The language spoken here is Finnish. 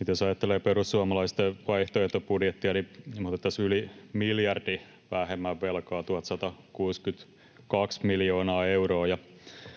Nyt jos ajattelee perussuomalaisten vaihtoehtobudjettia, niin me otettaisiin yli miljardi vähemmän velkaa, 1 162 miljoonaa euroa.